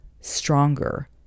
stronger